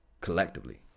collectively